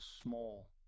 small